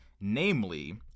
Namely